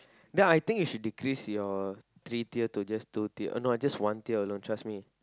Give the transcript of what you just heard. then I think you should decrease your three tier to just two tier or no just one tier trust me